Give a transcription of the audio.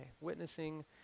witnessing